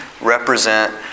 represent